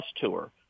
tour